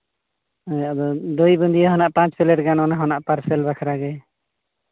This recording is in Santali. ᱦᱮᱸ ᱟᱫᱚ ᱫᱚᱭ ᱵᱩᱫᱽᱭᱟᱹ ᱦᱚᱸ ᱱᱟᱜ ᱯᱟᱸᱪ ᱯᱞᱮᱴ ᱜᱟᱱ ᱚᱱᱟ ᱦᱚᱸ ᱱᱟᱜ ᱯᱟᱨᱥᱮᱞ ᱵᱟᱠᱷᱨᱟᱜᱮ